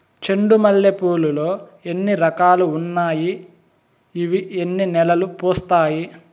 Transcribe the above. చెండు మల్లె పూలు లో ఎన్ని రకాలు ఉన్నాయి ఇవి ఎన్ని నెలలు పూస్తాయి